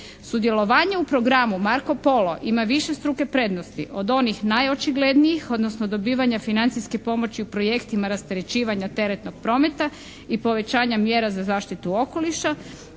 Sudjelovanje u programu "Marko Polo" ima višestruke prednosti, od onih najočiglednijih, odnosno dobivanja financijske pomoći u projektima rasterećivanja teretnog prometa i povećanja mjera za zaštitu okoliša.